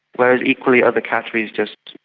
whereas equally other qataris just.